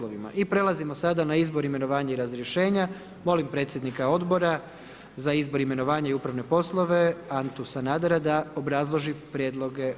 I prelazimo sada na izbor imenovanja i razrješenja, molim predsjednika Odbora za izbor i imenovanje i upravne poslove Antu Sanadera da obrazloži prijedloge odluka.